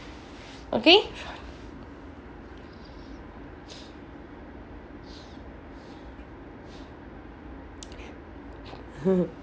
okay